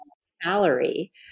salary